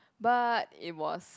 but it was